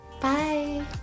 bye